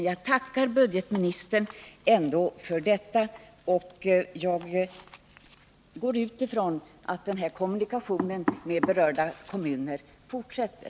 Jag tackar än en gång för svaret, och jag utgår från att kommunikationerna med berörda kommuner fortsätter.